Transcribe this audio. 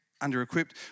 under-equipped